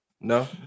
No